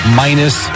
minus